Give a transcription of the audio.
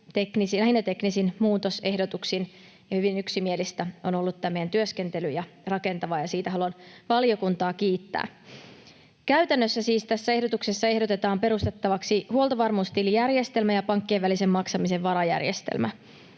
lähinnä teknisin muutosehdotuksin. Hyvin yksimielistä ja rakentavaa on ollut tämä meidän työskentelymme, ja siitä haluan valiokuntaa kiittää. Käytännössä siis tässä ehdotuksessa ehdotetaan perustettavaksi huoltovarmuustilijärjestelmä ja pankkien välisen maksamisen varajärjestelmä.